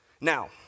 Now